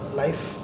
life